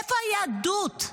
איפה היהדות?